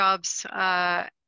jobs